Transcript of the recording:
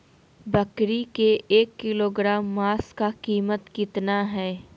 बकरी के एक किलोग्राम मांस का कीमत कितना है?